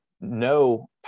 no